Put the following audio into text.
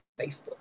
Facebook